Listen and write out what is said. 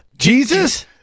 Jesus